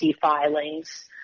filings